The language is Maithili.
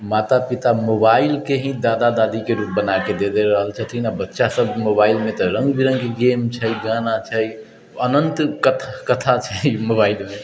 माता पिता मोबाइल के ही दादा दादी के रूप बनाके दे दे रहल छथिन आ बच्चा सब मोबाइल मे जे रंग बिरंग के गेम छै गाना छै अनंत कथा छै मोबाइल मे